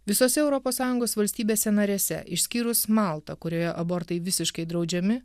visose europos sąjungos valstybėse narėse išskyrus maltą kurioje abortai visiškai draudžiami